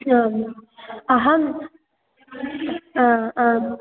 आम् अहम् आ आम्